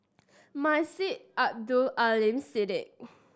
Masjid Abdul Aleem Siddique